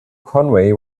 conway